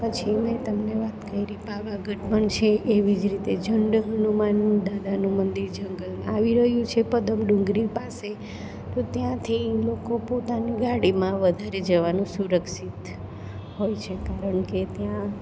પછી મેં તમને વાત કરી પાવાગઢ પણ છે એવી જ રીતે ઝન્ડ હનુમાન દાદાનું મંદિર છે જંગલમાં આવી રહ્યું છે પદમ ડુંગરી પાસે તો ત્યાંથી લોકો પોતાની ગાડીમાં વધારે જવાનું સુરક્ષિત હોય છે કારણ કે ત્યાં